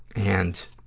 and,